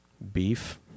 beef